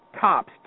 tops